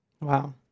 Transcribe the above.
Wow